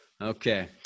Okay